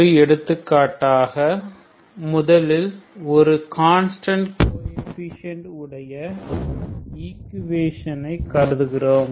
ஒரு எடுத்துக்காட்டாக முதலில் ஒரு கான்ஸ்டன்ட் கோஎஃபீஷியேன்ட் உடைய ஈக்குவேஷன்களை கருதுகிறோம்